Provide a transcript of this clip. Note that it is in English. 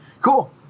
Cool